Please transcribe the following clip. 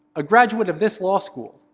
a graduate of this law school,